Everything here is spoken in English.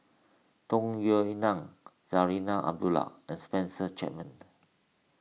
Tung Yue Nang Zarinah Abdullah and Spencer Chapman